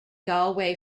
galway